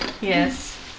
Yes